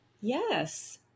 Yes